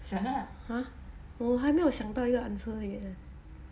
!huh! 我还没有想到一个 answer leh